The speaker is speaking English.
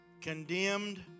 condemned